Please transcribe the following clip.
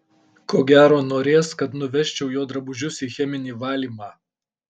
ko gero norės kad nuvežčiau jo drabužius į cheminį valymą